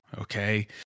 okay